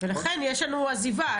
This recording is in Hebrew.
לכן יש לנו עזיבה.